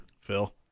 Phil